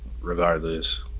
regardless